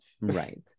Right